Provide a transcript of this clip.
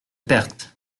perte